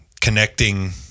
connecting